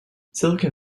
silicon